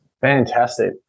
Fantastic